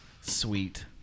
sweet